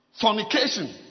Fornication